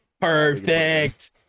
Perfect